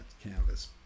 canvas